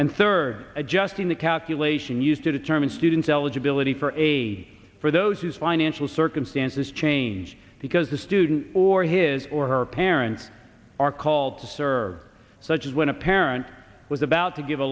third adjusting the calculation used to determine student eligibility for aid for those whose financial circumstances change because the student or his or her parent are called to serve such as when a parent was about to give a